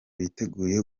biteguye